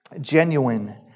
Genuine